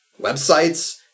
websites